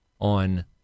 on